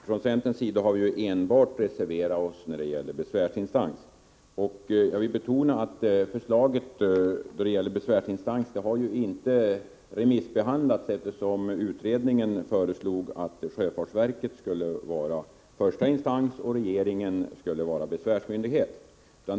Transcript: Fru talman! Från centerns sida har vi reserverat oss enbart när det gäller Onsdagen den besvärsinstans. Jag vill betona att förslaget angående besvärsinstans inte har 12 december 1984 remissbehandlats, eftersom utredningen föreslog att sjöfartsverket skulle vara första instans och regeringen skulle vara besvärsinstans.